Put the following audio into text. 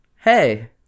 hey